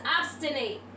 obstinate